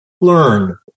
Learn